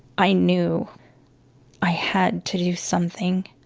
i knew i had to do something.